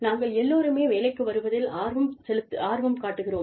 நாங்கள் எல்லோருமே வேலைக்கு வருவதில் ஆர்வம் காட்டுகிறோம்